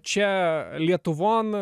čia lietuvon